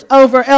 over